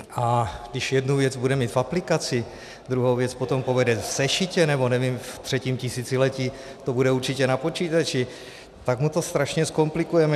A když jednu věc bude mít v aplikaci, druhou věc potom povede v sešitě nebo nevím, ve třetím tisíciletí to bude určitě na počítači, tak mu všechno strašně zkomplikujeme.